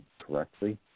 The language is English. correctly